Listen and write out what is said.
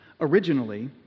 originally